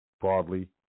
broadly